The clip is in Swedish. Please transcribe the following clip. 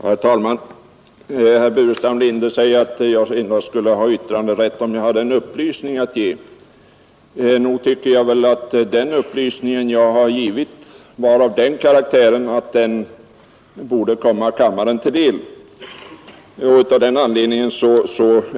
Herr talman! Herr Burenstam Linder säger att jag skulle ha haft yttranderätt om jag hade en upplysning att ge. Nog tycker jag att den upplysning jag gav var av den karaktären att den borde komma kammaren till del.